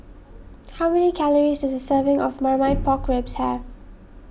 how many calories does a serving of Marmite Pork Ribs have